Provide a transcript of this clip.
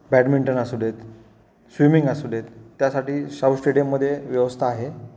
badminton असूदेत swimming असूदेत त्यासाठी शाहू स्टेडियममध्ये व्यवस्था आहे